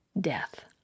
death